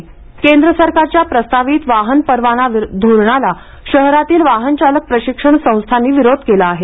driving school केंद्र सरकारच्या प्रस्तावित वाहन परवाना धोऱणाला शहरातील वाहन चालक प्रशिक्षण संस्थांनी विरोध केला आहे